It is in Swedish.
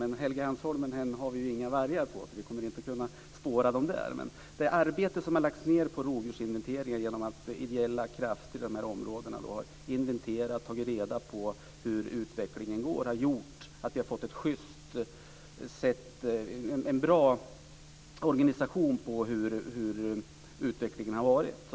Men än finns det inte vargar på Helgeandsholmen, så där går det inte att spåra vargarna. Det arbete som har lagts ned på rovdjursinventeringar med hjälp av att ideella krafter har inventerat och tagit reda på hur utvecklingen har gått, har gjort att det har blivit en bra organisation på hur utvecklingen har varit.